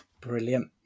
Brilliant